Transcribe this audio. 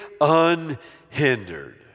unhindered